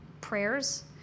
prayers